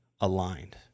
aligned